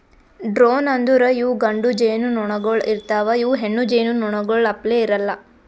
drone ಅಂದುರ್ ಇವು ಗಂಡು ಜೇನುನೊಣಗೊಳ್ ಇರ್ತಾವ್ ಇವು ಹೆಣ್ಣು ಜೇನುನೊಣಗೊಳ್ ಅಪ್ಲೇ ಇರಲ್ಲಾ